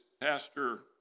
pastor